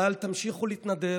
אבל תמשיכו להתנדב.